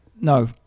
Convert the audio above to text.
No